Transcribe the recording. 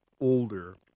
older